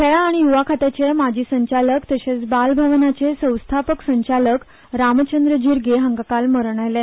खेळा आनी यूवा खात्याचे माजी संचालक तशेच बाल भवनाचे संस्थापक संचालक रामचंद्र जिरगे हांका काल मरण आयले